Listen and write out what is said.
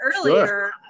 earlier